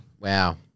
Wow